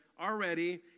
already